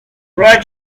roger